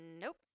Nope